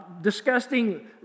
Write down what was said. disgusting